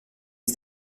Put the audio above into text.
une